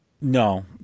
No